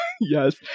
Yes